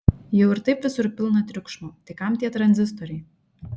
jau ir taip visur pilna triukšmo tai kam tie tranzistoriai